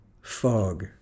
fog